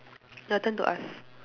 your turn to ask